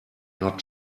not